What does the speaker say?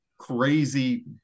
crazy